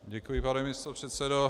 Děkuji, pane místopředsedo.